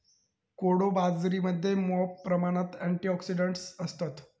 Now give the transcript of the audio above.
कोडो बाजरीमध्ये मॉप प्रमाणात अँटिऑक्सिडंट्स असतत